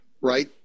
right